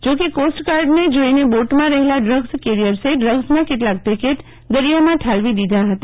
જો કે કોસ્ટગાર્ડને જોઇને બોટમાં રહેલા ડ્રગ્સ કેરિયર્સએ ડ્રગ્સના કેટલાક પેકેટ દરિયામાં ઠાલવી દીધા હતા